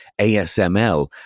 ASML